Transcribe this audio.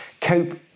cope